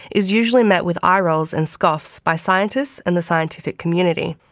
is usually met with eye rolls and scoffs by scientists and the scientific community.